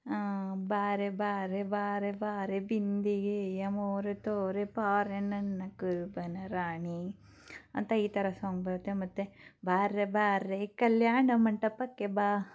ಬಾರೆ ಬಾರೆ ಬಾರೆ ಬಾರೆ ಬಿಂದಿಗೆಯ ಮೋರೆ ತೋರೆ ಬಾರೆ ನನ್ನ ಕುರುಬನ ರಾಣಿ ಅಂತ ಈ ಥರ ಸಾಂಗ್ ಬರುತ್ತೆ ಮತ್ತು ಬಾರೆ ಬಾರೆ ಕಲ್ಯಾಣ ಮಂಟಪಕ್ಕೆ ಬಾ